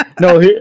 no